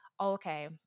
okay